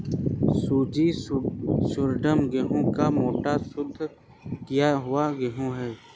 सूजी ड्यूरम गेहूं का मोटा, शुद्ध किया हुआ गेहूं है